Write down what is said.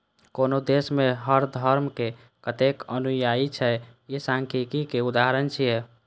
कोनो देश मे हर धर्मक कतेक अनुयायी छै, ई सांख्यिकीक उदाहरण छियै